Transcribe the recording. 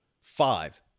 five